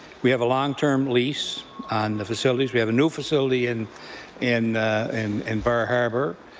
we have a long-term lease on the facilities. we have a new facility and in and in barr harbour.